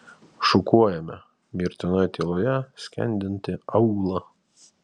šukuojame mirtinoje tyloje skendintį aūlą